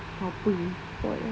apa report eh